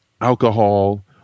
alcohol